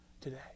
today